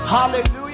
Hallelujah